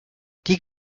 die